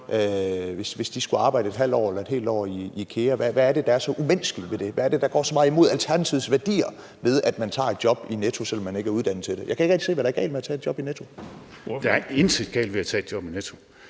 at de skulle arbejde et halvt år eller et helt år i IKEA? Hvad er det, der er så umenneskeligt ved det? Hvad er det, der går så meget imod Alternativets værdier, hvis man tager et job i Netto, selv om man ikke er uddannet til det? Jeg kan ikke rigtig se, hvad der er galt ved at tage et job i Netto. Kl. 14:11 Den fg. formand (Erling Bonnesen):